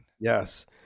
Yes